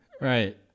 right